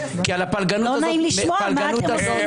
כי על הפלגנות הזאת עם ישראל --- לא נעים לשמוע מה אתם עושים לעם הזה.